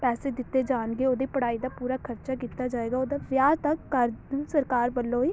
ਪੈਸੇ ਦਿੱਤੇ ਜਾਣਗੇ ਉਹਦੀ ਪੜ੍ਹਾਈ ਦਾ ਪੂਰਾ ਖਰਚਾ ਕੀਤਾ ਜਾਏਗਾ ਉਹਦਾ ਵਿਆਹ ਤੱਕ ਕਰ ਨ ਸਰਕਾਰ ਵੱਲੋਂ ਹੀ